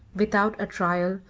without a trial,